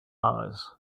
hours